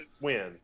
win